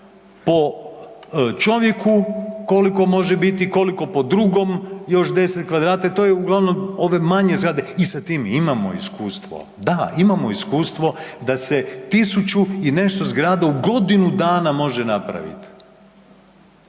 po čovjeku koliko može biti, koliko po drugom još deset kvadrata, i to je uglavnom ove manje zgrade i sa tim imamo iskustvo. Da, imamo iskustvo da se tisuću i nešto zgrada u godinu dana može napravit.